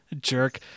jerk